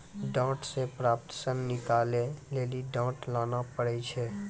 डांट से प्राप्त सन निकालै लेली डांट लाना पड़ै छै